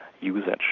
usage